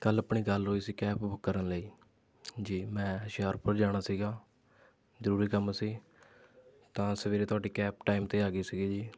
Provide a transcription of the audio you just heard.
ਕੱਲ੍ਹ ਆਪਣੀ ਗੱਲ ਹੋਈ ਸੀ ਕੈਬ ਬੁੱਕ ਕਰਨ ਲਈ ਜੀ ਮੈਂ ਹੁਸ਼ਿਆਰਪੁਰ ਜਾਣਾ ਸੀਗਾ ਜ਼ਰੂਰੀ ਕੰਮ ਸੀ ਤਾਂ ਸਵੇਰੇ ਤੁਹਾਡੀ ਕੈਬ ਟਾਈਮ 'ਤੇ ਆ ਗਈ ਸੀਗੀ ਜੀ